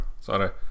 Sorry